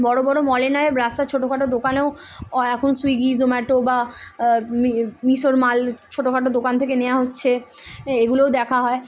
বড়ো বড়ো মলে নয় রাস্তার ছোটো খাটো দোকানেও এখন সুইগি জোম্যাটো বা মিশোর মাল ছোটো খাটো দোকান থেকে নেওয়া হচ্ছে এগুলোও দেখা হয়